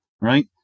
right